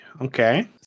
Okay